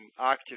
active